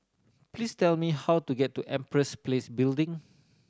please tell me how to get to Empress Place Building